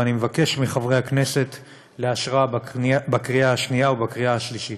ואני מבקש מחברי הכנסת לאשרה בקריאה השנייה ובקריאה השלישית.